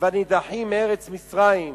והנידחים מארץ מצרים,